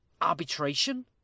arbitration